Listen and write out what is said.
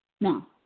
Now